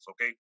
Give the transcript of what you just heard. okay